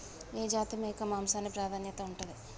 ఏ జాతి మేక మాంసానికి ప్రాధాన్యత ఉంటది?